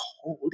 holy